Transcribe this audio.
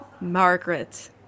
Margaret